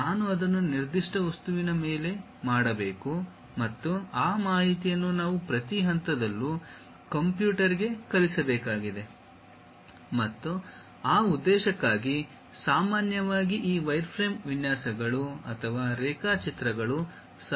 ನಾನು ಅದನ್ನು ನಿರ್ದಿಷ್ಟ ವಸ್ತುವಿನ ಮೇಲೆ ಮಾಡಬೇಕು ಮತ್ತು ಆ ಮಾಹಿತಿಯನ್ನು ನಾವು ಪ್ರತಿ ಹಂತದಲ್ಲೂ ಕಂಪ್ಯೂಟರ್ಗೆ ಕಲಿಸಬೇಕಾಗಿದೆ ಮತ್ತು ಆ ಉದ್ದೇಶಕ್ಕಾಗಿ ಸಾಮಾನ್ಯವಾಗಿ ಈ ವೈರ್ಫ್ರೇಮ್ ವಿನ್ಯಾಸಗಳು ಅಥವಾ ರೇಖಾಚಿತ್ರಗಳು ಸಹಾಯಕವಾಗುತ್ತವೆ